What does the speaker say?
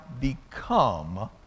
become